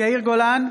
יאיר גולן,